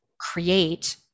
create